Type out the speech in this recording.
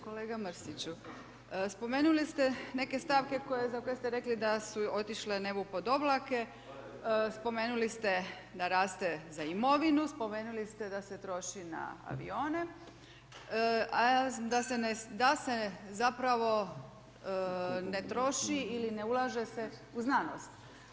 Kolega Mrsiću, spomenuli ste neke stavke koje, za koje ste rekli da su otišle nebu pod oblake, spomenuli ste da raste za imovinu, spomenuli ste da se troši na avione, a da se zapravo ne troši ili ne ulaže se u znanost.